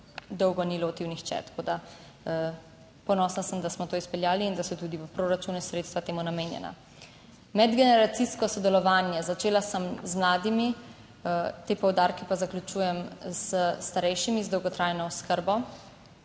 dolgo ni lotil nihče. Ponosna sem, da smo to izpeljali in da so tudi v proračunu sredstva temu namenjena. Medgeneracijsko sodelovanje - začela sem z mladimi, te poudarke pa zaključujem s starejšimi, z dolgotrajno oskrbo,